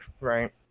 right